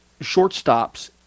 shortstops